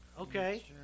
Okay